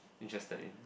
interested in